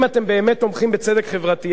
אם אתם באמת תומכים בצדק חברתי,